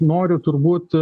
noriu turbūt